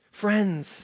friends